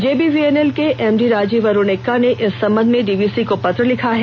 JBVNL के M D Rajeev Arun Ekka ने इस संबंध में डी वी सी को पत्र लिखा है